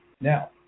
Now